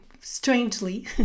strangely